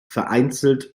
vereinzelt